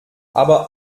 aber